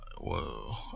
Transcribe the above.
Whoa